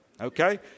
okay